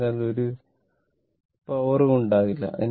അതിനാൽ ഒരു പവർ ഉം ഉണ്ടാകില്ല